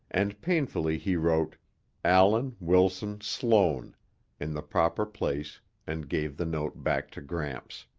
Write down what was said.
and painfully he wrote allan wilson sloan in the proper place and gave the note back to gramps.